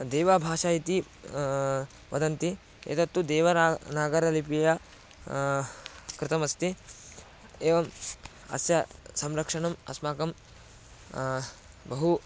देवाभाषा इति वदन्ति एतत्तु देवनानागरीलिप्या कृतमस्ति एवम् अस्य संरक्षणम् अस्माकं बहु